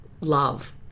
love